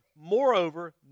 moreover